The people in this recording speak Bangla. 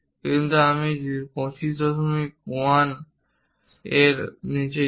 কিন্তু আমি যদি 251 এর নিচে যাই